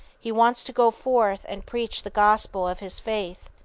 he wants to go forth and preach the gospel of his faith.